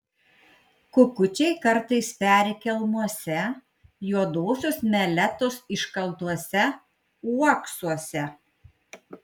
kukučiai kartais peri kelmuose juodosios meletos iškaltuose uoksuose